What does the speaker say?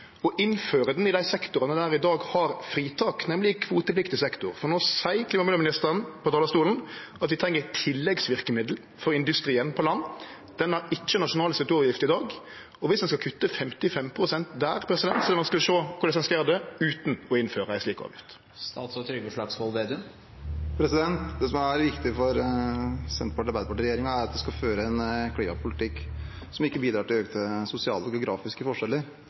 innføre ho i dei sektorane der ein i dag har fritak, nemleg kvotepliktig sektor, for no seier klima- og miljøministeren på talarstolen at vi treng tilleggsverkemiddel for industrien på land. Den har ikkje nasjonal CO 2 -avgift i dag, og om ein skal kutte 55 pst. der, er det vanskeleg å sjå korleis ein skal gjere det utan å innføre ei slik avgift. Det som er viktig for Senterparti–Arbeiderparti-regjeringen, er at vi skal føre en klimapolitikk som ikke bidrar til økte sosiale og geografiske